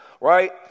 Right